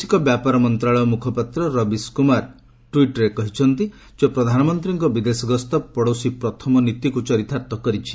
ବୈଦେଶିକ ବ୍ୟାପାର ମନ୍ତ୍ରଣାଳୟ ମୁଖପାତ୍ର ରବିଶ କୁମାର ଟ୍ୱିଟ୍ରେ କହିଛନ୍ତି ଯେ ପ୍ରଧାନମନ୍ତ୍ରୀଙ୍କ ବିଦେଶ ଗସ୍ତ ପଡ଼ୋଶୀ ପ୍ରଥମ ନୀତିକୁ ଚରିତାର୍ଥ କରିଛି